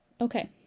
Okay